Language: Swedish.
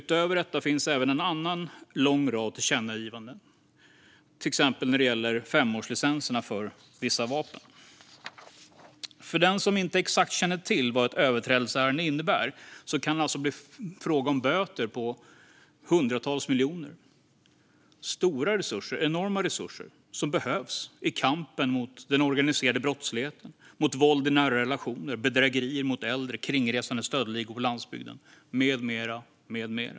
Utöver detta finns en lång rad andra tillkännagivanden, till exempel när det gäller femårslicenserna för vissa vapen. För den som inte känner till exakt vad ett överträdelseärende innebär kan jag berätta att det kan bli fråga om böter på hundratals miljoner. Det är stora, enorma, resurser som behövs i kampen mot den organiserade brottsligheten, mot våld i nära relationer, mot bedrägerier mot äldre, mot kringresande stöldligor på landsbygden med mera.